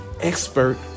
expert